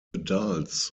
adults